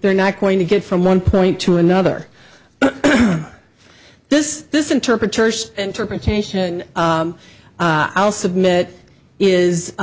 they're not going to get from one point to another this this interpreters interpretation i'll submit is